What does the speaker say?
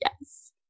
yes